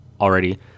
already